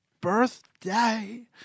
birthday